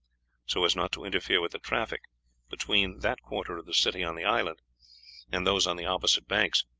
so as not to interfere with the traffic between that quarter of the city on the island and those on the opposite banks.